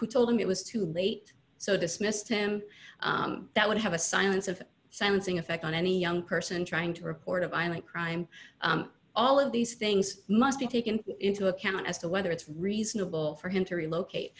who told him it was too late so dismissed him that would have a silence of silencing effect on any young person trying to report a violent crime all of these things must be taken into account as to whether it's reasonable for him to relocate